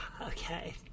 Okay